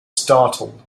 startled